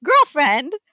girlfriend